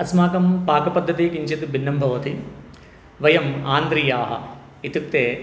अस्माकं पाकपद्धतिः किञ्चित् भिन्ना भवति वयम् आन्द्रीयाः इत्युक्ते